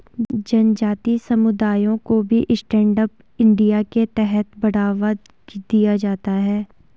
जनजाति समुदायों को भी स्टैण्ड अप इंडिया के तहत बढ़ावा दिया जाता है